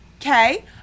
okay